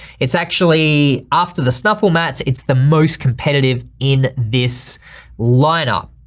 it's actually after the snuffle mats, it's the most competitive in this lineup.